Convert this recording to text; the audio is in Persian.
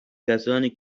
کسانی